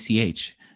ACH